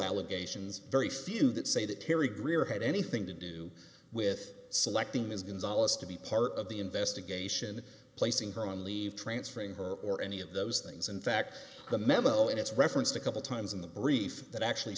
allegations very few that say that terri grier had anything to do with selecting is going solace to be part of the investigation placing her on leave transferring her or any of those things in fact the memo and it's referenced a couple times in the brief that actually